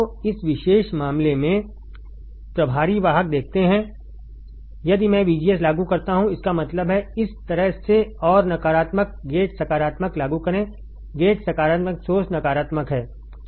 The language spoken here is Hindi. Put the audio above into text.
तो इस विशेष मामले में आप प्रभारी वाहक देखते हैं यदि मैं VGS लागू करता हूं इसका मतलब है इस तरह से और नकारात्मक गेट सकारात्मक लागू करें गेट सकारात्मक सोर्स नकारात्मक है